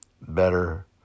better